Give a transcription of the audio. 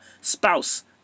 spouse